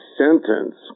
sentence